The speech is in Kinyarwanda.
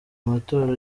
amatora